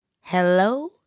Hello